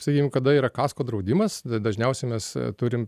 sakykim kada yra kasko draudimas d dažniausiai mes turim